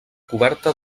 coberta